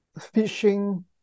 fishing